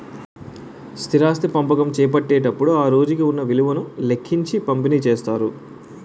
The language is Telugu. స్థిరాస్తి పంపకం చేపట్టేటప్పుడు ఆ రోజుకు ఉన్న విలువను లెక్కించి పంపిణీ చేస్తారు